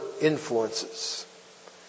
influences